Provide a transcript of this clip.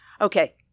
Okay